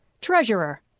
Treasurer